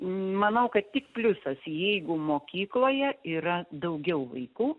manau kad tik pliusas jeigu mokykloje yra daugiau vaikų